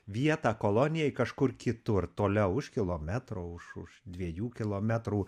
vietą kolonijai kažkur kitur toliau už kilometro už už dviejų kilometrų